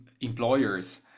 employers